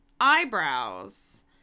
eyebrows